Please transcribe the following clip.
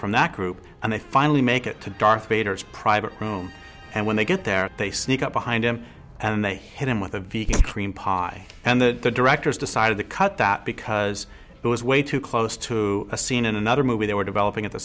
from that group and they finally make it to darth vader's private room and when they get there they sneak up behind him and then they hit him with a vegan cream pie and the directors decided to cut that because it was way too close to a scene in another movie they were developing at the